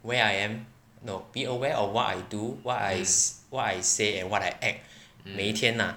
where I am no be aware of what I do what I say and what I act 每一天啦